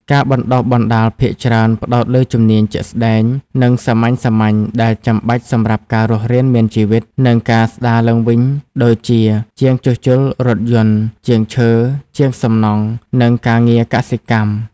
ការបណ្តុះបណ្តាលភាគច្រើនផ្តោតលើជំនាញជាក់ស្តែង និងសាមញ្ញៗដែលចាំបាច់សម្រាប់ការរស់រានមានជីវិត និងការស្តារឡើងវិញដូចជា ជាងជួសជុលរថយន្ត ជាងឈើ ជាងសំណង់ និងការងារកសិកម្ម។